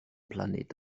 planet